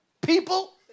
people